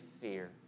fear